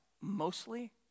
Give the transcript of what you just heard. mostly